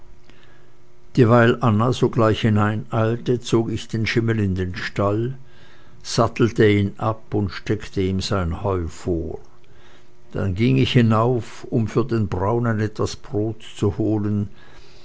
dieweil anna sogleich hineineilte zog ich den schimmel in den stall sattelte ihn ab und steckte ihm sein heu vor dann ging ich hinauf um für den braunen etwas brot zu holen